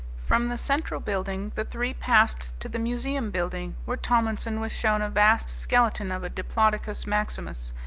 from the central building the three passed to the museum building, where tomlinson was shown a vast skeleton of a diplodocus maximus,